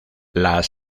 las